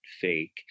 fake